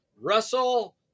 Russell